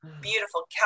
beautiful